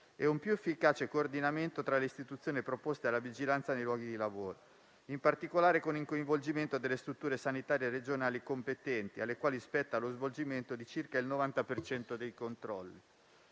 e un più efficace coordinamento tra le istituzioni preposte alla vigilanza nei luoghi di lavoro, in particolare con il coinvolgimento delle strutture sanitarie regionali competenti alle quali spetta lo svolgimento di circa il 90 per cento